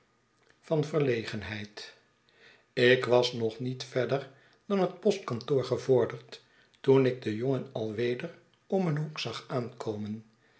van verlegenheid ik was nog niet verder dan het postkantoor gevorderd toen ik den jongen alweder om een hoek zag aankomen